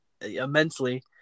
immensely